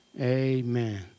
amen